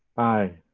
aye,